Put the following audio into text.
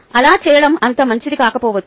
అలా చేయడం అంత మంచిది కాకపోవచ్చు